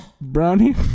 Brownie